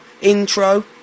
intro